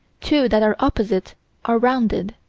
two that are opposite are rounded.